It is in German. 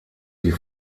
die